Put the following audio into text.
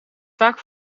vaak